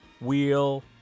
wheel